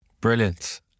Brilliant